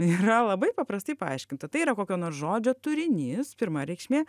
yra labai paprastai paaiškinta tai yra kokio nors žodžio turinys pirma reikšmė